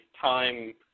time